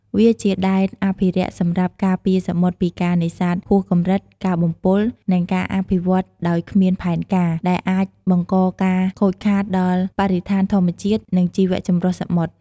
វាជាដែនអភិរក្សសម្រាប់ការពារសមុទ្រពីការនេសាទហួសកម្រិត ការបំពុល និងការអភិវឌ្ឍដោយគ្មានផែនការ ដែលអាចបង្កការខូចខាតដល់បរិស្ថានធម្មជាតិ និងជីវចម្រុះសមុទ្រ។